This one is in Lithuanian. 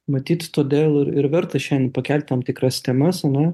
matyt todėl ir ir verta šiandien pakelti tam tikras temas ane